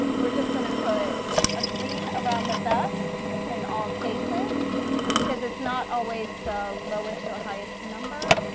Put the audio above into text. we're just going to put a green around the best in all cases because it's not always the lowest or highest number.